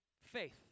Faith